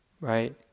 right